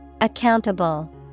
Accountable